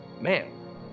man